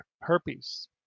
herpes